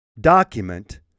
document